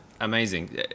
Amazing